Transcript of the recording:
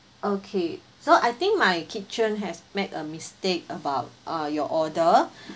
okay so I think my kitchen has made a mistake about ah your order